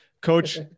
Coach